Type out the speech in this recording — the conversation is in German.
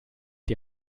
die